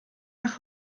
nach